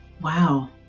Wow